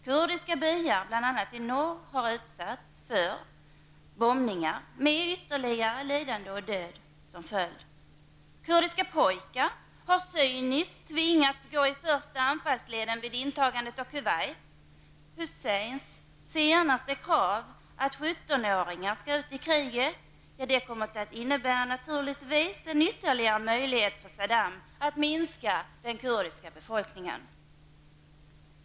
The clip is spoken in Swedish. Kurdiska byar, bl.a. i norr, har utsatts för bombningar -- med ytterligare lidande och död som följd. Cyniskt har kurdiska pojkar tvingats gå i första anfallsleden vid intagandet av Kuwait. Husseins senaste krav, att 17-åringar skall ut i kriget, kommer naturligtvis att innebära ytterligare en möjlighet för Saddam Hussein att minska den kurdiska befolkningen.